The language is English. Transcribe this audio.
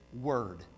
Word